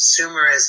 consumerism